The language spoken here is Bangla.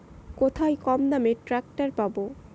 কোথায় কমদামে ট্রাকটার পাব?